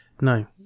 no